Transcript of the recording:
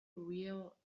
real